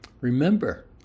Remember